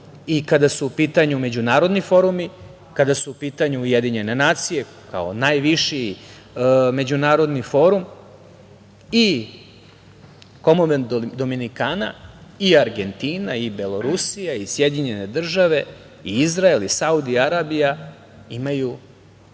i kada su u pitanju međunarodni forumi, kada su u pitanju Ujedinjene nacije, kao najviši međunarodni forum, i Komonvelt Dominikana i Argentina i Belorusija i Sjedinjene Američke Države i Izrael i Saudijska Arabija imaju